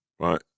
Right